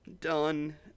done